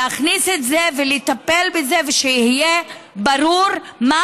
להכניס את זה ולטפל בזה ושיהיה ברור מה